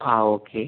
ആ ഓക്കെ